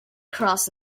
cross